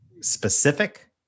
specific